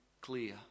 clear